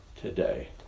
today